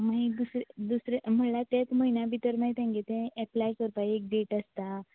मागीर दुसरे दुसरे म्हणल्यार तेच म्हयन्या भितर मागीर तेंगेलो तें एपलाय करपा एक डेट आसता